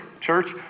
church